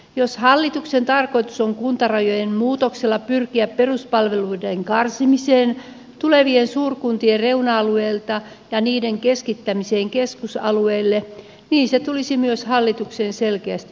jos hallituksen tarkoitus on kuntarajojen muutoksella pyrkiä peruspalveluiden karsimiseen tulevien suurkuntien reuna alueilta ja niiden keskittämiseen keskusalueelle niin se tulisi myös hallituksen selkeästi ilmoittaa